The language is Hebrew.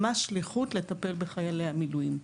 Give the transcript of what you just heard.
ממש שליחות לטפל בחיילי המילואים.